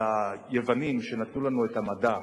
היוונים שנתנו לנו את המדע